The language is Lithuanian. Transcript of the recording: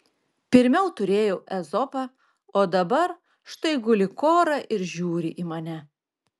pirmiau turėjau ezopą o dabar štai guli kora ir žiūri į mane